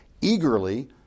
eagerly